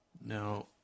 Now